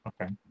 okay